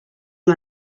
amb